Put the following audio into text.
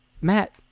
Matt